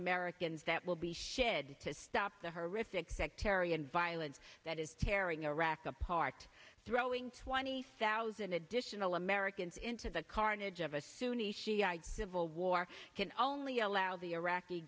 americans that will be shed to stop the horrific sectarian violence that is tearing iraq apart throwing twenty thousand additional americans into the carnage of a sunni shia civil war can only allow the iraqi